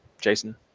Jason